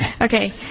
Okay